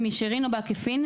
במישרין או בעקיפין,